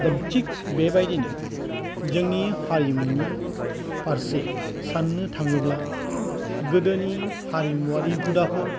दा थिग बेबायदिनो जोंनि हारिमुनि फारसे साननो थाङोब्ला गोदोनि हारिमुआरि हुदाफोर